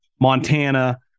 Montana